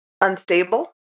unstable